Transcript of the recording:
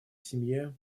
семье